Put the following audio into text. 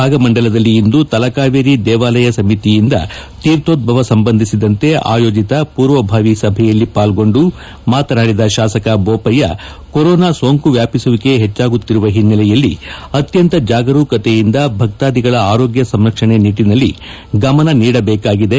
ಭಾಗಮಂಡಲದಲ್ಲಿ ಇಂದು ತಲಕಾವೇರಿ ದೇವಾಲಯ ಸಮಿತಿಯಿಂದ ತೀರ್ಥೋದ್ಬವ ಸಂಬಂಧಿಸಿದಂತೆ ಆಯೋಜಿತ ಪೂರ್ವಭಾವಿ ಸಭೆಯಲ್ಲಿ ಪಾಲ್ಗೊಂಡು ಮಾತನಾಡಿದ ಶಾಸಕ ಬೋಪಯ್ಯ ಕೋರೋನಾ ಸೋಂಕು ವ್ಯಾಪಿಸುವಿಕೆ ಹೆಚ್ಚಾಗುತ್ತಿರುವ ಹಿನ್ನೆಲೆಯಲ್ಲಿ ಅತ್ಯಂತ ಜಾಗರೂಕತೆಯಿಂದ ಭಕಾಧಿಗಳ ಆರೋಗ್ಯ ಸಂರಕ್ಷಣೆ ನಿಟ್ಟಿನಲ್ಲಿ ಗಮನ ನೀಡಬೇಕಾಗಿದೆ